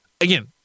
Again